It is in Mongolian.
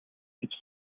гэж